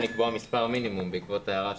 לקבוע מספר מינימום בעקבות ההערה שהייתה.